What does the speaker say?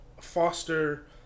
foster